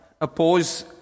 oppose